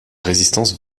résistance